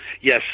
yes